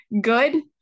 Good